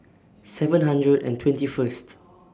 seven hundred and twenty First